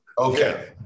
Okay